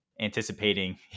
anticipating